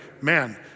man